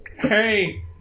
hey